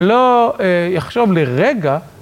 לא יחשוב לרגע